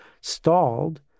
Stalled